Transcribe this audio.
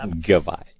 Goodbye